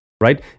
Right